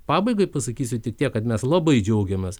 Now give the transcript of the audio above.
pabaigai pasakysiu tik tiek kad mes labai džiaugiamės